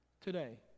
today